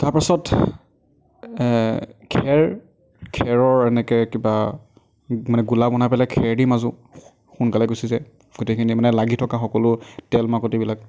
তাৰপাছত খেৰ খেৰৰ এনেকৈ কিবা মানে গোলা বনাই পেলাই খেৰ দি মাজোঁ সোনকালে গুচি যায় গোটেইখিনিয়ে মানে লাগি থকা সকলো তেল মাকটিবিলাক